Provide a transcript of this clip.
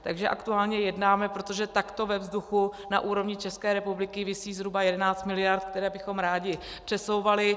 Takže aktuálně jednáme, protože takto ve vzduchu na úrovni České republiky visí zhruba 11 miliard, které bychom rádi přesouvali.